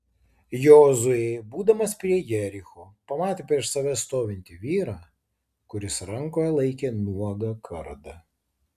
jozuė būdamas prie jericho pamatė prieš save stovintį vyrą kuris rankoje laikė nuogą kardą